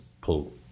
pull